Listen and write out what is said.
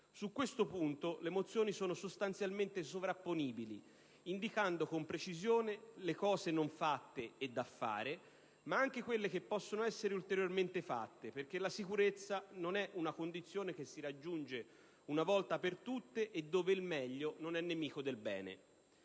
Su questo punto le mozioni sono sostanzialmente sovrapponibili, indicando con precisione le cose non fatte e da fare, ma anche quelle che possono essere ulteriormente fatte, perché la sicurezza non è una condizione che si raggiunge una volta per tutte, e dove il meglio non è nemico del bene.